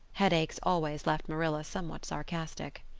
headaches always left marilla somewhat sarcastic.